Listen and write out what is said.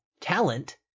talent